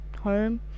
home